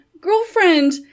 girlfriend